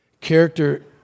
Character